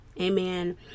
amen